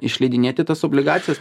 išleidinėti tas obligacijas